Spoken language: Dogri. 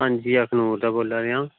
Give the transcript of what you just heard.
आं जी अखनूर दा बोला दे आं